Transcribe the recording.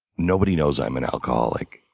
nobody knows i'm an alcoholic.